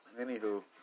Anywho